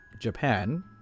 japan